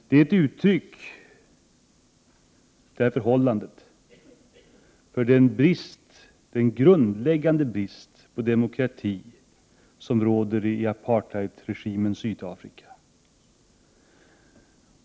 Det förhållandet är ett uttryck för den grundläggande brist på demokrati som råder i apartheidregimens Sydafrika.